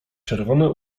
czerwone